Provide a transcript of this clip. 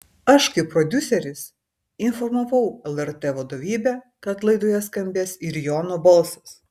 aš kaip prodiuseris informavau lrt vadovybę kad laidoje skambės ir jono balsas